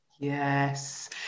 Yes